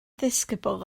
ddisgybl